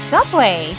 Subway